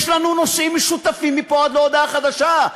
יש לנו נושאים משותפים מפה עד להודעה חדשה.